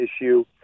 issue